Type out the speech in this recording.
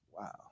Wow